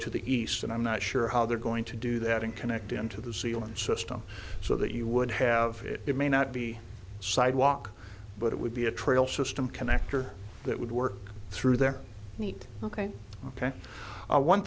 to the east and i'm not sure how they're going to do that and connect into the ceiling system so that you would have it it may not be sidewalk but it would be a trail system connector that would work through their need ok ok